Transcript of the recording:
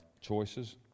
choices